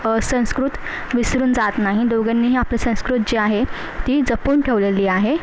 संस्कृत विसरून जात नाही दोघांनीही आपलं संस्कृत जे आहे ती जपून ठेवलेली आहे